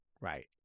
right